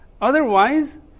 Otherwise